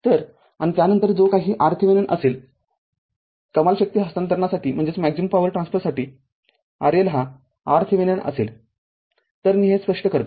तर आणि त्यानंतर जो काही RThevenin असेल कमाल शक्ती हस्तांतरणासाठी RL हा RThevenin असेल तरमी हे स्पष्ट करतो